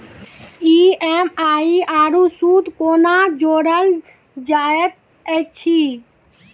EMI आरू सूद कूना जोड़लऽ जायत ऐछि?